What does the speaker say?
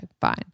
fine